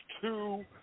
two